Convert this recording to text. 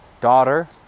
daughter